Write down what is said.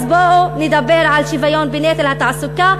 אז בואו נדבר על שוויון בנטל התעסוקה,